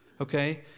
okay